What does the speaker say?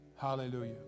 Hallelujah